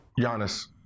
Giannis